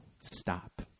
stop